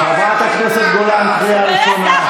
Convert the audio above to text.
חברת הכנסת גולן, קריאה ראשונה.